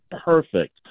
perfect